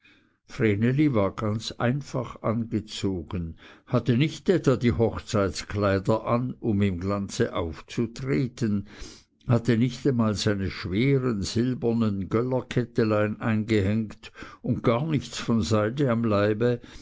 war ganz einfach angezogen hatte nicht etwa die hochzeitkleider an um im glanze aufzutreten hatte nicht einmal seine schweren silbernen göllerkettelein eingehängt und gar nichts von seide am leibe